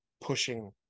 pushing